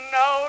no